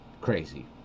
crazy